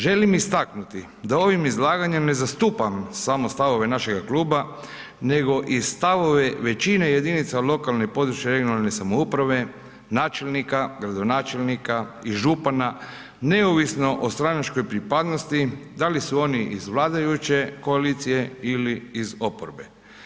Želim istaknuti da ovim izlaganjem ne zastupam samo stavove našega kluba nego i stavove većine jedinica lokalne i područne (regionalne) samouprave, načelnika, gradonačelnika i župana neovisno o stranačkoj pripadnosti da li su oni iz vladajuće koalicije ili iz oporbe.